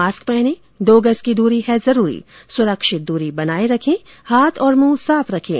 mask पहनें दो गज की दूरी है जरूरी सुरक्षित दूरी बनाए रखें हाथ और मंह साफ रखें